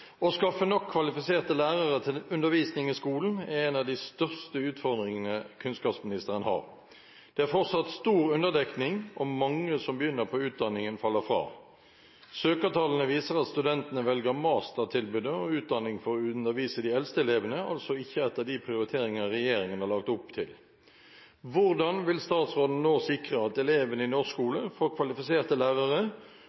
skaffe nok kvalifiserte lærere til undervisning i skolen er en av de største utfordringene kunnskapsministeren har. Det er fortsatt stor underdekning, og mange som begynner på utdanningen, faller fra. Søkertallene viser at studentene velger mastertilbudet og utdanning for å undervise de eldste elevene, altså ikke etter de prioriteringer regjeringen har lagt opp til. Hvordan vil statsråden nå sikre at elevene i norsk